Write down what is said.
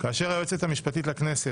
כאשר היועצת המשפטית לכנסת,